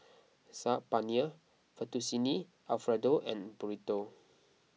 Saag Paneer Fettuccine Alfredo and Burrito